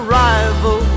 rival